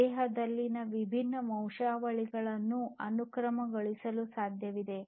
ದೇಹದಲ್ಲಿನ ವಿಭಿನ್ನ ವಂಶವಾಹಿಗಳನ್ನು ಅನುಕ್ರಮಗೊಳಿಸಲು ಸಾಧ್ಯವಿದೆ